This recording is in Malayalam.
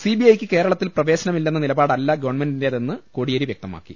സിബിഐയ്ക്ക് കേരളത്തിൽ പ്രവേശനമില്ലെന്ന നിലപാടല്ല ഗവൺമെന്റിന്റേതെന്ന് കോടിയേരി വ്യക്തമാക്കി